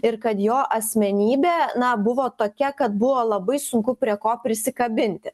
ir kad jo asmenybė na buvo tokia kad buvo labai sunku prie ko prisikabinti